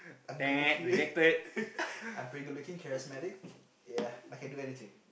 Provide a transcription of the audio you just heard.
I'm good looking I'm pretty good looking charismatic ya I can do anything